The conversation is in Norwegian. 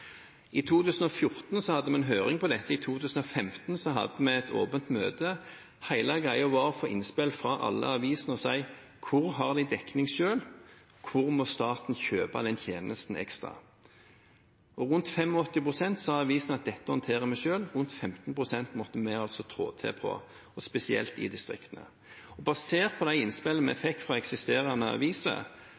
I 2014 hadde vi en høring om dette. I 2015 hadde vi et åpent møte. Hele greia var å få innspill fra alle avisene ved å spørre: Hvor har de dekning selv? Hvor må staten kjøpe denne ekstra tjenesten? Rundt 85 pst. av avisene sa at dette håndterer vi selv. Rundt 15 pst. måtte vi altså trå til for, spesielt i distriktene. Basert på de innspillene vi fikk fra eksisterende aviser,